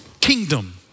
kingdom